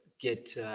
get